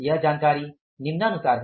यह जानकारी निम्नानुसार है